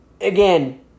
again